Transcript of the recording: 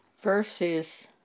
verses